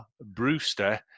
Brewster